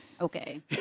Okay